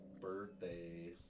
birthday